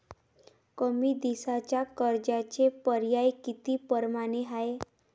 कमी दिसाच्या कर्जाचे पर्याय किती परमाने हाय?